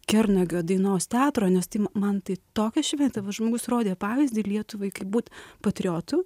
kernagio dainos teatro nes tai man tai tokia šventė va žmogus rodė pavyzdį lietuvai kaip būt patriotu